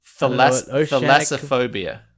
Thalassophobia